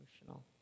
emotional